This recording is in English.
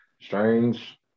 strange